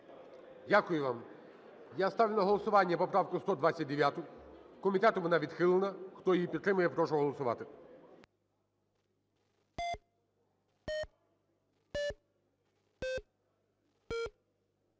Дякую вам. Я ставлю на голосування поправку 129. Комітетом вона відхилена. Хто її підтримує, я прошу голосувати.